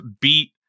beat